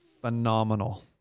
phenomenal